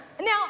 Now